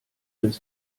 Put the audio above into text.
des